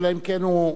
אלא אם כן הוא,